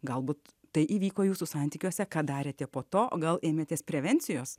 galbūt tai įvyko jūsų santykiuose ką darėte po to gal ėmėtės prevencijos